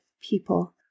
people